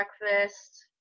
breakfast